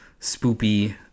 spoopy